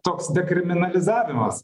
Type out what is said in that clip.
toks dekriminalizavimas